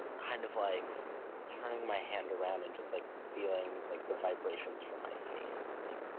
kind of like turning my hand around and just like feeling like the vibrations from my face. like